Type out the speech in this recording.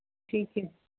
ਠੀਕ ਹੈ